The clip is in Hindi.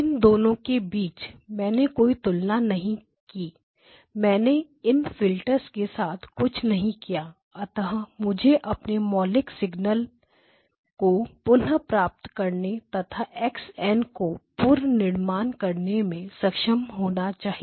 इन दोनों के बीच मैंने कोई तुलना नहीं की मैंने इन फिल्टर्स के साथ कुछ नहीं किया अतः मुझे अपने मौलिक सिग्नल xn है को पुनः प्राप्त करने तथा x n का पुनर्निर्माण करने में सक्षम होना चाहिए